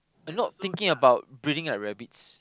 and not thinking about breeding like rabbits